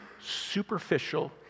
superficial